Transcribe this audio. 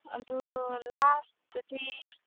ꯑꯗꯨ ꯂꯥꯁꯇꯗꯤ